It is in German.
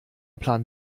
plan